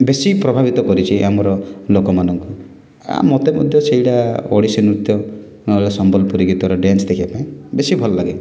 ବେଶୀ ବେଶୀ ପ୍ରଭାବିତ କରିଛି ଆମର ଲୋକମାନଙ୍କୁ ମୋତେ ମଧ୍ୟ ସେଇଡ଼ା ଓଡ଼ିଶୀ ନୃତ୍ୟ ନହେଲେ ସମ୍ବଲପୁରୀ ଗୀତର ଡ଼୍ୟାନ୍ସ ଦେଖିବା ପାଇଁ ବେଶୀ ଭଲ ଲାଗେ